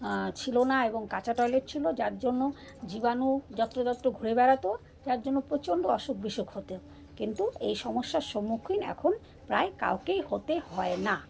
ছিল না এবং কাঁচা টয়লেট ছিল যার জন্য জীবাণু যত্র যত্র ঘুরে বেড়াতো যার জন্য প্রচণ্ড অসুখ বিসুখ হতো কিন্তু এই সমস্যার সম্মুখীন এখন প্রায় কাউকেই হতে হয় না